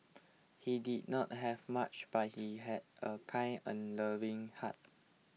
he did not have much but he had a kind and loving heart